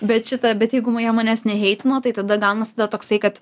bet šitą bet jeigu jie manęs neheitino tai tada gaunas tada toksai kad